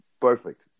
Perfect